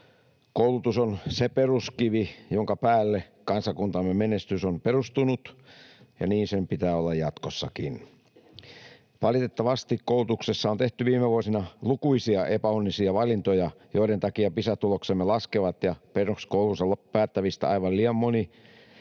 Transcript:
Koulutus on se peruskivi, jonka päälle kansakuntamme menestys on perustunut, ja niin sen pitää olla jatkossakin. Valitettavasti koulutuksessa on tehty viime vuosina lukuisia epäonnisia valintoja, joiden takia Pisa-tuloksemme laskevat ja peruskoulunsa päättävistä aivan liian moni